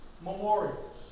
memorials